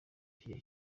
kenya